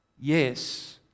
yes